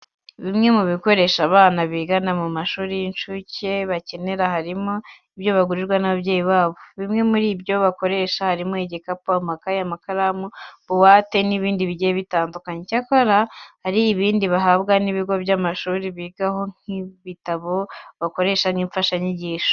Bimwe mu bikoresho abana biga mu mashuri y'inshuke bakenera harimo ibyo bagurirwa n'ababyeyi babo. Bimwe muri ibyo bikoresho harimo nk'ibikapu, amakayi, amakaramu, buwate n'ibindi bigiye bitandukanye. Icyakora hari ibindi bahabwa n'ibigo by'amashuri bigaho nk'ibitabo bakoresha nk'imfashanyigisho.